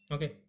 Okay